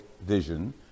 vision